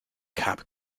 cab